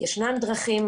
ישנן דרכים,